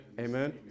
Amen